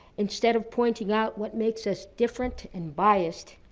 instead of pointing out what makes us different and biased,